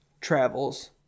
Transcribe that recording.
travels